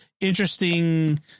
interesting